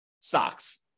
stocks